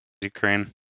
Ukraine